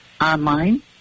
online